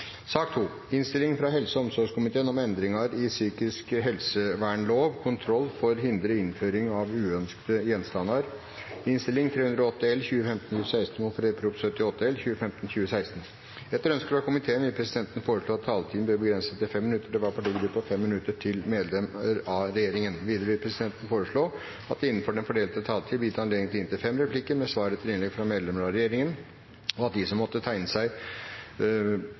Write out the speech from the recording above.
omsorgskomiteen vil presidenten foreslå at taletiden blir begrenset til 5 minutter til hver partigruppe og 5 minutter til medlem av regjeringen. Videre vil presidenten foreslå at det – innenfor den fordelte taletid – blir gitt anledning til inntil fem replikker med svar etter innlegg fra medlem av regjeringen, og at de som måtte tegne seg